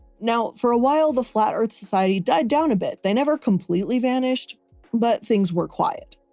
now, for awhile the flat earth society died down a bit. they never completely vanished but things were quiet.